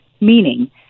meaning